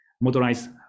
Motorized